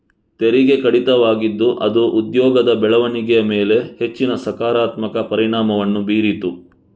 ತೆರಿಗೆ ಕಡಿತವಾಗಿದ್ದು ಅದು ಉದ್ಯೋಗದ ಬೆಳವಣಿಗೆಯ ಮೇಲೆ ಹೆಚ್ಚಿನ ಸಕಾರಾತ್ಮಕ ಪರಿಣಾಮವನ್ನು ಬೀರಿತು